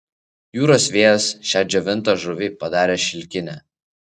jūros vėjas šią džiovintą žuvį padarė šilkinę